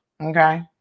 Okay